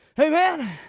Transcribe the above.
Amen